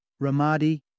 Ramadi